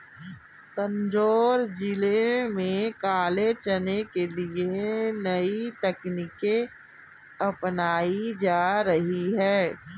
तंजौर जिले में काले चने के लिए नई तकनीकें अपनाई जा रही हैं